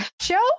show